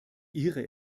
ihre